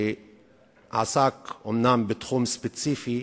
שאומנם עסקו בתחום ספציפי,